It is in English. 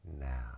now